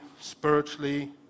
spiritually